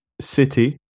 City